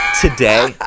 today